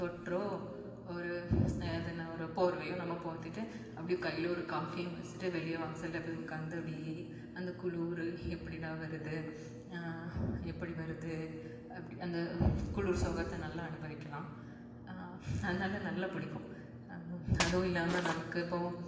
சொட்டரோ ஒரு அது என்ன ஒரு போர்வையோ நம்ம போத்திகிட்டு அப்படி கையில் ஒரு காஃபியும் வச்சிட்டு வெளியே வாசல்ல போய் உட்காந்து அப்படி அந்த குளிரு எப்படிடா வருது எப்படி வருது அப்படி அந்த குளிர் சுகத்த நல்லா அனுபவிக்கலாம் அதனால் நல்லா பிடிக்கும் அதும் அதுவும் இல்லாமல் நமக்கு எப்போவும்